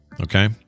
Okay